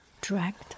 dragged